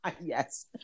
yes